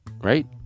Right